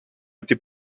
été